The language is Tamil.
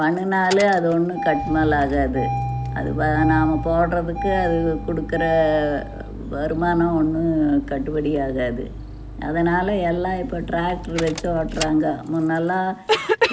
பண்ணினாலும் அது ஒன்றும் கட் மேலே ஆகாது அது பா நாம் போடுறதுக்கு அது கொடுக்குற வருமானம் ஒன்றும் கட்டுப்படி ஆகாது அதனால் எல்லாம் இப்போ டிராக்ரு வைச்சு ஓட்டுறாங்க முன்னெலாம்